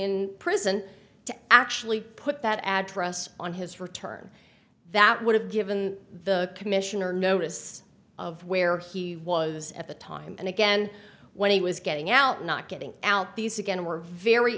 in prison to actually put that address on his return that would have given the commissioner notice of where he was at the time and again when he was getting out not getting out these again were very